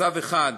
מצב אחד,